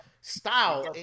style